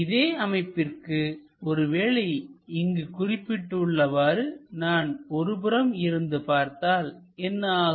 இதே அமைப்பிற்கு ஒருவேளை இங்கு குறிப்பிட்டுள்ளவாறு நான் ஒரு புறம் இருந்து பார்த்தால் என்ன ஆகும்